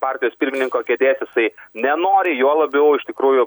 partijos pirmininko kėdės jisai nenori juo labiau iš tikrųjų